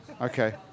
Okay